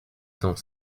cent